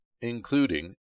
including